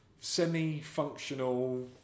semi-functional